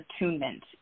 attunement